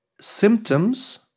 symptoms